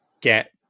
get